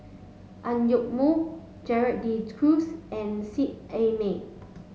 Ang Yoke Mooi Gerald De Cruz and Seet Ai Mee